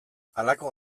halako